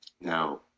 Now